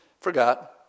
forgot